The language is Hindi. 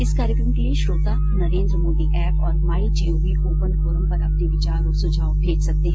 इस कार्यक्रम के लिए श्रोता नरेन्द्र मोदी एप और माई जीओवी ओपन फोरम पर अपने विचार और सुझाव भेज सकते हैं